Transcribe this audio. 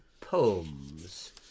poems